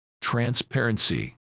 transparency